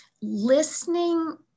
listening